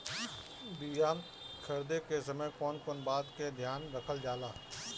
बीया खरीदे के समय कौन कौन बात के ध्यान रखल जाला?